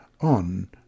on